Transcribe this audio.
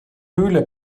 höhle